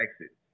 exit